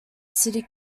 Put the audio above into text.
city